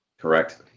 Correct